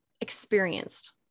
experienced